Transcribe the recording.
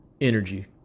energy